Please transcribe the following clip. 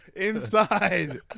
inside